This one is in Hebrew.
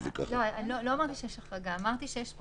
לא אמרתי שיש כאן החרגה לטובתם.